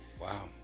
Wow